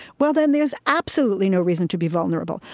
well then there's absolutely no reason to be vulnerable.